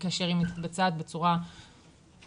כאשר היא מתבצעת בצורה הווירטואלית.